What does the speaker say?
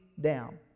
down